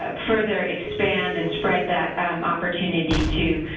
ah further expand and spread that opportunity to